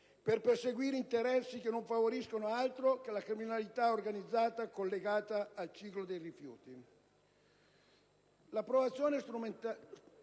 per perseguire interessi che non favoriscono altro che la criminalità organizzata collegata al ciclo dei rifiuti.